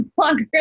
longer